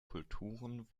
kulturen